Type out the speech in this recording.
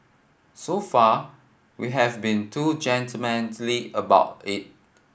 so far we have been too gentlemanly about it